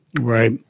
Right